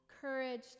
courage